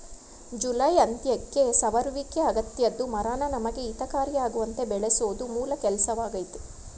July ಅಂತ್ಯಕ್ಕೆ ಸವರುವಿಕೆ ಅಗತ್ಯದ್ದು ಮರನ ನಮಗೆ ಹಿತಕಾರಿಯಾಗುವಂತೆ ಬೆಳೆಸೋದು ಮೂಲ ಕೆಲ್ಸವಾಗಯ್ತೆ